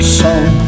song